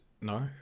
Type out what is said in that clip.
No